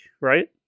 right